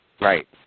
right